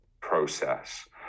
process